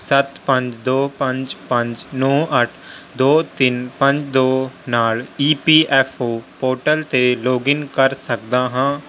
ਸੱਤ ਪੰਜ ਦੋ ਪੰਜ ਪੰਜ ਨੌ ਅੱਠ ਦੋ ਤਿੰਨ ਪੰਜ ਦੋ ਨਾਲ਼ E P F O portal 'ਤੇ ਲੋਗਇੰਨ ਕਰ ਸਕਦਾ ਹਾਂ